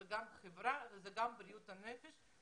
זה גם חברה וגם בריאות הנפש.